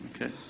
Okay